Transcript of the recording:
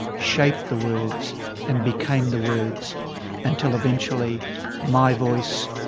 shaped the words and became the words until eventually my voice,